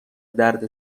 درد